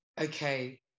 okay